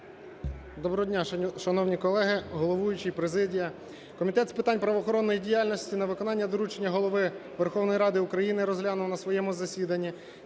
Доброго дня, шановні колеги, головуючий, президія! Комітет з питань правоохоронної діяльності на виконання доручення Голови Верховної Ради України розглянув на своєму засіданні